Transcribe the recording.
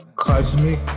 Cosmic